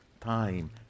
time